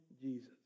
Jesus